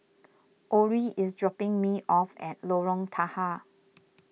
Orie is dropping me off at Lorong Tahar